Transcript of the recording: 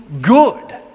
good